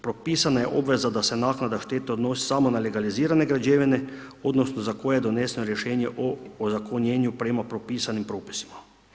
Propisana je obveza da se naknada štete odnosi samo na legalizirane građevine odnosno za koje je doneseno rješenje o ozakonjenju prema propisanim propisima.